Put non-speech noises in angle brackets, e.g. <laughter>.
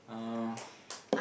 uh <breath>